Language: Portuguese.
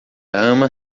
ama